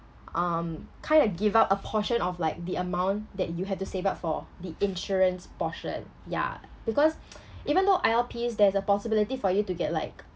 um kind of give up a portion of like the amount that you have to save up for the insurance portion yeah because even though I_L_Ps there's a possibility for you to get like